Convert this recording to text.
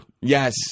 Yes